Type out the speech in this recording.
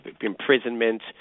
imprisonment